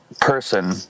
person